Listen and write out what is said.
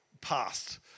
past